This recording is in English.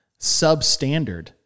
substandard